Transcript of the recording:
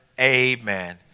Amen